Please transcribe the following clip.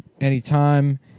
anytime